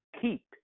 keep